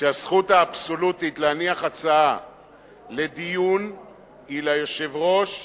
שהזכות הבסיסית להניח הצעה לדיון היא ליושב-ראש ולנשיאות,